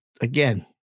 again